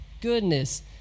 goodness